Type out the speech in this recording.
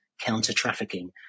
counter-trafficking